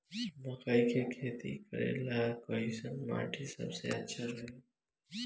मकई के खेती करेला कैसन माटी सबसे अच्छा रही?